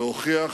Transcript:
והוכיח